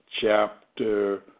chapter